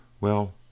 Well